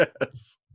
Yes